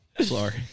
sorry